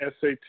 SAT